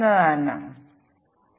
നമുക്ക് ഈ തീരുമാന പട്ടിക വികസിപ്പിക്കാം